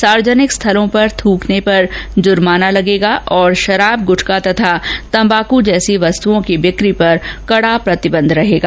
सार्वजनिक स्थलों पर थुकने पर जुर्माना लगेगा और शराब गुटखा तथा तंबाकू जैसी वस्तुओं की बिक्री पर कड़ा प्रतिबंध रहेगा